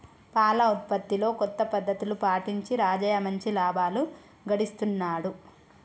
పాల ఉత్పత్తిలో కొత్త పద్ధతులు పాటించి రాజయ్య మంచి లాభాలు గడిస్తున్నాడు